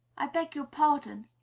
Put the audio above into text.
i beg your pardon,